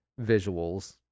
visuals